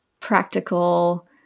practical